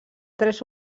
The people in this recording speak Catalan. tres